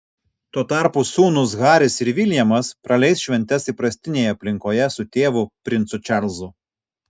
tuo tarpu sūnūs haris ir viljamas praleis šventes įprastinėje aplinkoje su tėvu princu čarlzu